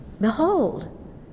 Behold